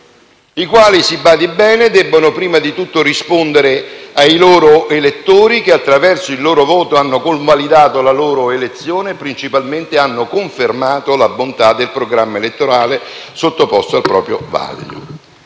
i quali, si badi bene, devono prima di tutto rispondere ai loro elettori, che attraverso il loro voto hanno convalidato la loro elezione e, principalmente, hanno confermato la bontà del programma elettorale sottoposto al proprio vaglio.